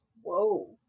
Whoa